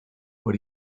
what